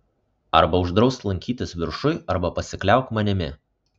arba uždrausk lankytis viršuj arba pasikliauk manimi